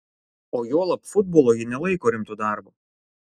o juolab futbolo ji nelaiko rimtu darbu